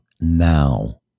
now